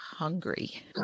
hungry